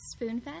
Spoonfed